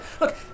Look